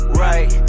right